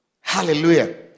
Hallelujah